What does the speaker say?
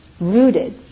rooted